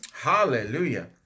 Hallelujah